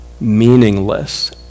meaningless